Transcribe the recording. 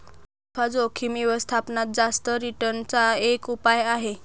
alpha जोखिम व्यवस्थापनात जास्त रिटर्न चा एक उपाय आहे